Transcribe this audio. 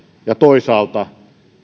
ja toisaalta